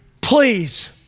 please